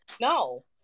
no